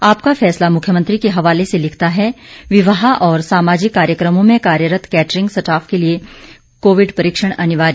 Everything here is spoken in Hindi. आपका फैसला मुख्यमंत्री के हवाले से लिखता है विवाह और सामाजिक कार्यक्रमों में कार्यरत केटरिंग स्टाफ के लिए कोविड परीक्षण अनिवार्य